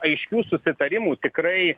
aiškių susitarimų tikrai